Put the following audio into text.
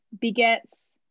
begets